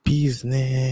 Business